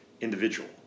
individual